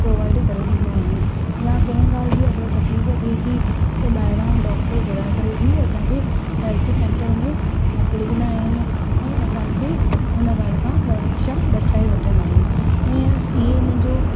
provide करे ॾींदा आहिनि या कंहिं गाल्हि जी अगरि तकलीफ़ थिए थी त बाहिरां डॉक्टर घुराए करे बि असांखे हैल्थ सेंटर में मोकिलींदा आहिनि ऐं असांखे उन गाल्हि खां परीक्षा बचाए वठंदा आहिनि ऐं इहे इन्हनि जो